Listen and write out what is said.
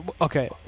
Okay